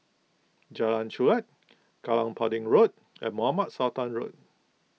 Jalan Chulek Kallang Pudding Road and Mohamed Sultan Road